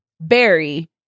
Barry